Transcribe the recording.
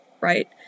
right